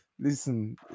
listen